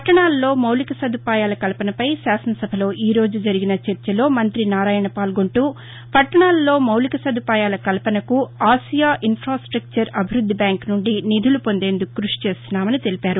పట్టణాలలో మౌలిక సదుపాయాల కల్పనపై శాసన సభలో ఈ రోజు జరిగిన చర్చలో మంతి నారాయణ పాల్గొంటూ పట్టణాలలో మౌలిక సదుపాయాల కల్పనకు ఆసియా ఇన్ఫ్రాస్టక్చర్ అభివృద్ధి బ్యాంకు నుండి నిధులు పొందేందుకు కృషి చేస్తున్నామని తెలిపారు